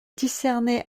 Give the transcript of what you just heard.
discerner